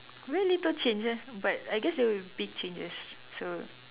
very little changes but I guess they were big changes so